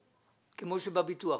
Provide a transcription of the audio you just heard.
כמו שאמרת על הביטוח.